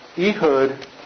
Ehud